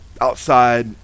outside